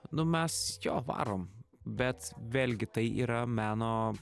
nu mes jo varom bet vėlgi tai yra meno